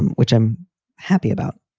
and which i'm happy about.